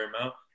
amount